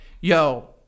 yo